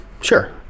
sure